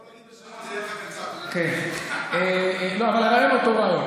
אתה יכול להגיד, לא, אבל הרעיון הוא אותו רעיון.